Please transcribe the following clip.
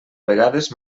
vegades